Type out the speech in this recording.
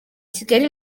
kigali